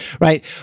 right